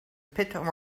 pit